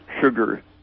sugar